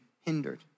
hindered